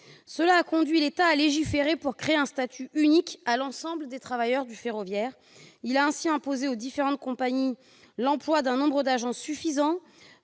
Cela a conduit l'État à légiférer pour créer un statut unique à l'ensemble des travailleurs du ferroviaire. Il a ainsi imposé aux différentes compagnies d'employer un nombre d'agents suffisant